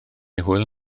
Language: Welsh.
hwyl